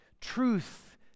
truth